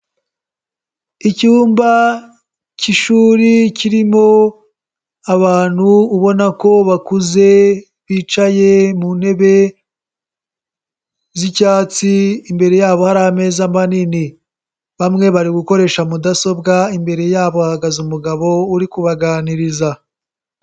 Icyumba cy'ishuri kirimo abantu ubona ko bakuze bicaye mu ntebe z'icyatsi imbere yabo hari ameza manini, bamwe bari gukoresha mudasobwa imbere yabo hahagaze umugabo uri kubaganiriza.